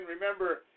Remember